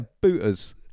booters